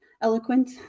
eloquent